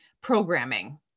programming